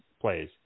plays